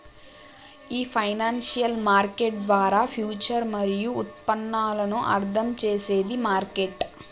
ఈ financial market ద్వారా future మరియు ఉత్పన్నాలను అర్థం చేసేది మార్కెట్